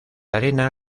arena